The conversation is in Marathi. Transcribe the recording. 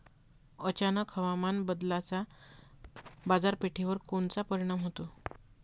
अचानक हवामान बदलाचा बाजारपेठेवर कोनचा परिणाम होतो?